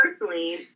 personally